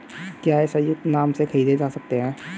क्या ये संयुक्त नाम से खरीदे जा सकते हैं?